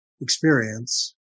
experience